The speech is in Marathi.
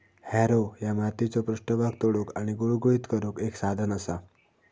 हॅरो ह्या मातीचो पृष्ठभाग तोडुक आणि गुळगुळीत करुक एक साधन असा